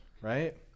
right